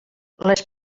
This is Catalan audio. les